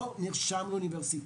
לא נרשם לאוניברסיטה.